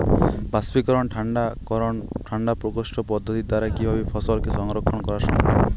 বাষ্পীকরন ঠান্ডা করণ ঠান্ডা প্রকোষ্ঠ পদ্ধতির দ্বারা কিভাবে ফসলকে সংরক্ষণ করা সম্ভব?